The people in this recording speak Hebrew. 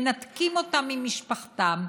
מנתקים אותם ממשפחתם,